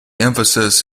emphasis